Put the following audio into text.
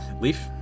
leaf